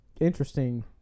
interesting